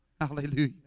Hallelujah